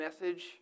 message